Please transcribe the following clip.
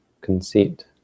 conceit